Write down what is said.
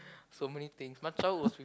so many things my childhood was w~